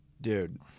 dude